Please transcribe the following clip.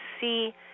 see